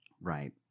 Right